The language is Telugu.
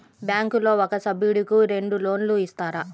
బ్యాంకులో ఒక సభ్యుడకు రెండు లోన్లు ఇస్తారా?